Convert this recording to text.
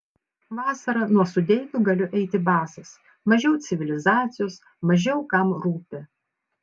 vasarą nuo sudeikių galiu eiti basas mažiau civilizacijos mažiau kam rūpi